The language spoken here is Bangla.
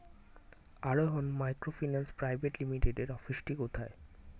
আরোহন মাইক্রোফিন্যান্স প্রাইভেট লিমিটেডের অফিসটি কোথায়?